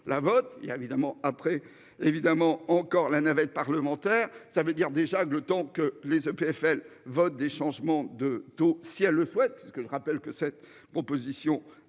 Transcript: la vote il y a évidemment après évidemment encore la navette parlementaire. Ça veut dire déjà que le temps que les EPFL vote des changements de taux si elle le souhaite, ce que je rappelle que cette proposition